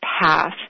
path